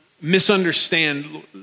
misunderstand